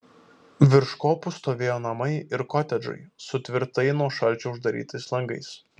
virš kopų stovėjo namai ir kotedžai su tvirtai nuo šalčio uždarytais langais